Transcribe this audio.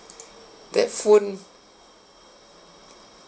that phone